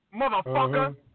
motherfucker